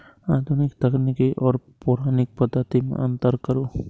आधुनिक तकनीक आर पौराणिक पद्धति में अंतर करू?